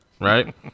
right